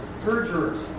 perjurers